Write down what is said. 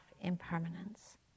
impermanence